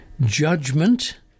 judgment